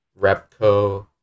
Repco